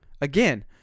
Again